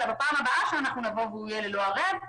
אלא בפעם הבאה שנבוא והוא יהיה לאל ערב,